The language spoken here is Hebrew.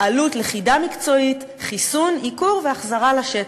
עלות לכידה מקצועית, חיסון, עיקור והחזרה לשטח.